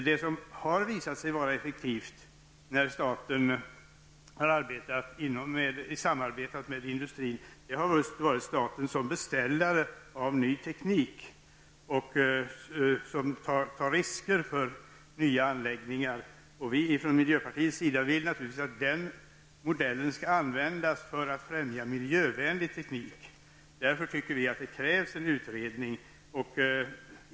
Det som har visat sig vara effektivt i fråga om statens samarbete med industrin har varit de tillfällen när staten har fungerat som beställare av ny teknik och tagit risker för satsningar på nya anläggningar. Vi från miljöpartiet vill naturligtvis att den modellen skall användas för att främja miljövänlig teknik. Därför anser vi att det krävs en utredning.